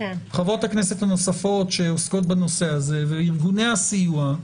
חברות הכנסת הנוספות שעוסקות בנושא הזה וארגוני הסיוע,